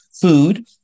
food